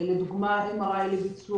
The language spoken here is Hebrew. לדוגמה MRI ללב,